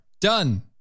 Done